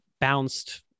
bounced